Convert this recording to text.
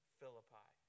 Philippi